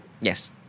Yes